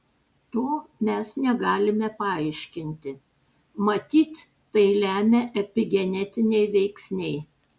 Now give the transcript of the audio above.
to mes negalime paaiškinti matyt tai lemia epigenetiniai veiksniai